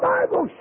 Bible